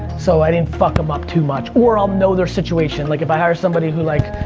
so i didn't fuck him up too much, or i'll know their situation, like if i hire somebody who like,